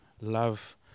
love